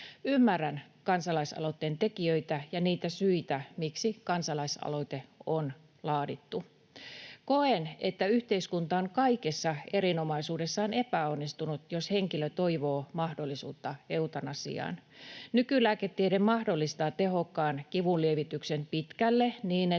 Ymmärrän kansalaisaloitteen tekijöitä ja niitä syitä, miksi kansalaisaloite on laadittu. Koen, että yhteiskunta on kaikessa erinomaisuudessaan epäonnistunut, jos henkilö toivoo mahdollisuutta eutanasiaan. Nykylääketiede mahdollistaa tehokkaan kivunlievityksen pitkälle niin,